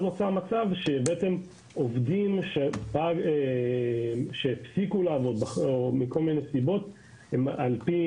לכן נוצר מצב שעובדים שהפסיקו לעבוד מכל מיני סיבות עדיין